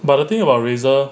but the thing about razor